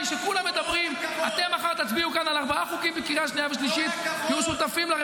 תסביר לי רק